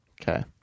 Okay